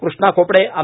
Krishna Khopde आ